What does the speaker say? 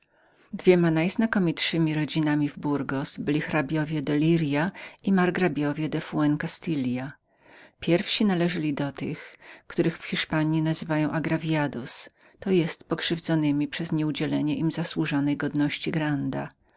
dwoma najznakomitszemi rodzinami w burgos byli hrabiowie de lirias i margrabiowie de fuen castilla pierwsi należeli do tych których w hiszpanji nazywają agraviados to jest pokrzywdzonemi przez nieudzielenie im zasłużonej godności granda